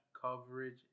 coverage